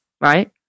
right